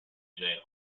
jail